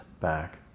back